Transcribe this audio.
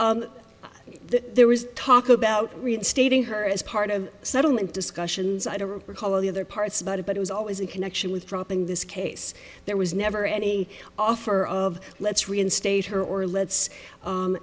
that there was talk about reinstating her as part of settlement discussions i don't recall all the other parts about it but it was always in connection with dropping this case there was never any offer of let's reinstate her or let's